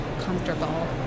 comfortable